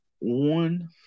one